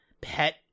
pet